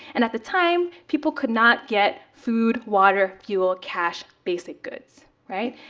and at the time, people could not get food, water, fuel, cash, basic goods, right?